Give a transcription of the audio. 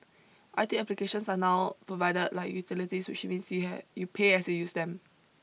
I T applications are now provided like utilities which means you have you pay as you use them